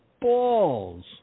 balls